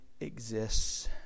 exists